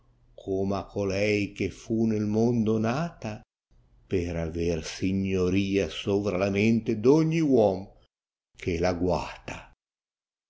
a colei che fu nel mondo nata per aver signoria serra la mente d ogni uom che la guata